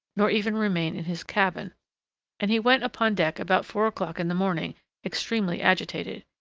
nor even remain in his cabin and he went upon deck about four o'clock in the morning extremely agitated.